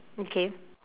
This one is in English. okay